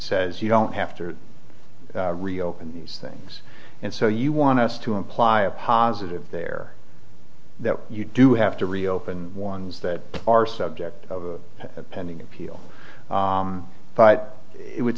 says you don't have to reopen these things and so you want us to apply a positive there that you do have to reopen ones that are subject of a pending appeal but it would